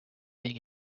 being